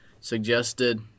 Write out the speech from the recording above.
suggested